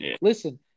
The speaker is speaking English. Listen